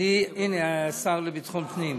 הנה השר לביטחון פנים.